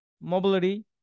mobility